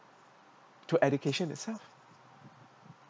to education itself